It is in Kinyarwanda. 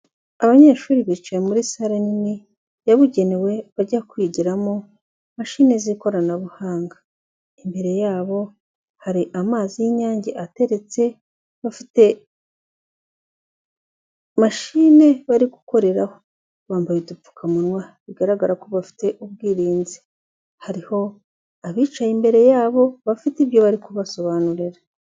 Abanyeshuri bicaye muri salle nini, yabugenewe bajya kwigiramo machine z'ikoranabuhanga. Imbere yabo hari amazi y'inyange ateretse bafite machine bari gukoreraho. Bambaye udupfukamunwa bigaragara ko bafite ubwirinzi. Hariho abicaye imbere yabo bafite ibyo bari kubasobanurira.